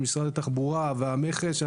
עם משרד התחבורה והמכס,